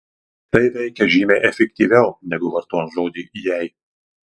tai veikia žymiai efektyviau negu vartojant žodį jei